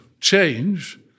change